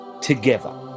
together